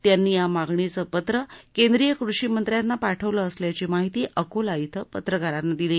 त्यांनी या मागणीचं पत्र केंद्रीय कृषी मंत्र्यांना पाठवलं असल्याची माहिती अकोला क्षे पत्रकारांना दिली